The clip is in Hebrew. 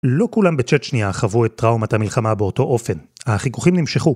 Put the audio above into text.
לא כולם בצ'צ'נייה חוו את טראומת המלחמה באותו אופן. החיכוכים נמשכו.